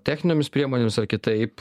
techninėmis priemonėmis ar kitaip